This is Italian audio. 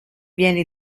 viene